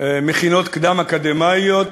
מכינות קדם-אקדמיות,